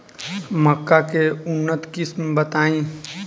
मक्का के उन्नत किस्म बताई?